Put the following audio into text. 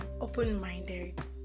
open-minded